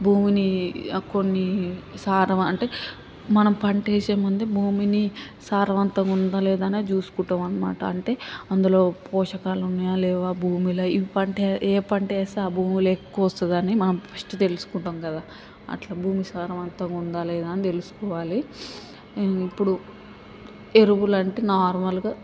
భూమిని ఆ కొన్ని సారం అంటే మనం పంట వేసే ముందే భూమిని సారవంతంగా ఉందా లేదా అనేది చూసుకుంటాం అనమాట అంటే అందులో పోషకాలు ఉన్నాయా లేవా భూమిలో ఈ పంట ఏ పంట వేస్తే ఆ భూమిలో ఎక్కువ వస్తది అని మనం ఫస్ట్ తెలుసుకుంటాం కదా అట్లా భూమి సారం అంతా ఉందా లేదా అని తెలుసుకోవాలి ఇప్పుడు ఎరువులంటే నార్మల్గా